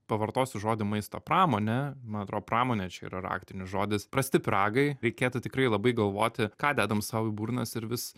pavartosiu žodį maisto pramone man atrodo pramonė čia yra raktinis žodis prasti pyragai reikėtų tikrai labai galvoti ką dedam sau į burnas ir vis